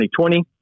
2020